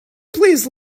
please